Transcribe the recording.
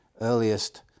earliest